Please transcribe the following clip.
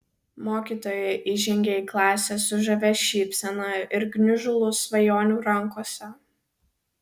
mokytoja įžengė į klasę su žavia šypsena ir gniužulu svajonių rankose